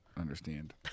understand